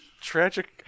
tragic